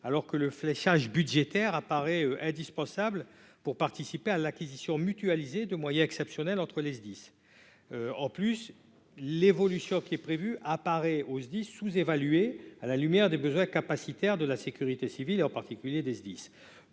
alors que le fléchage budgétaire est indispensable pour participer à l'acquisition mutualisée de moyens exceptionnels entre les Sdis. Les évolutions prévues nous semblent, de plus, sous-évaluées à la lumière des besoins capacitaires de la sécurité civile, et en particulier des Sdis,